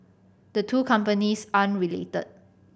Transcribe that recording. the two companies aren't related